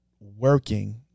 working